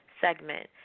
segment